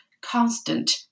constant